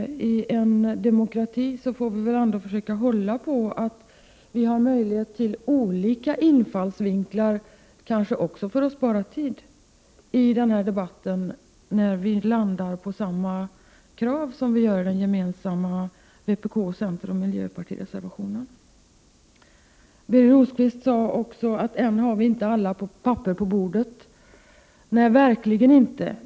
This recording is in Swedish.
I = Jä gode en demokrati får vi väl ändå försöka hålla på att man skall ha möjlighet till olika infallsvinklar, kanske också för att spara tid i den här debatten, när vi landar på samma krav, vilket vi gör i den reservation som är gemensam för vpk, centern och miljöpartiet. Birger Rosqvist sade också att vi ännu inte har alla papper på bordet. Nej, verkligen inte.